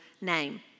name